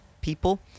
people